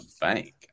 bank